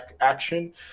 action